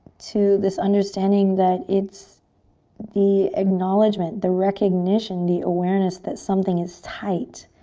to this understanding that it's the acknowledgement, the recognition, the awareness that something is tight,